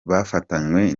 bafatanywe